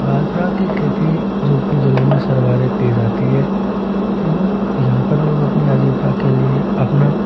बाजरा की खेती जोधपुर जिले में सर्वाधिक की जाती है एवं यहाँ पर लोग अपनी आजीविका के लिए अपना